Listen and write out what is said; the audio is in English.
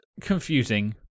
Confusing